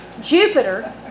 Jupiter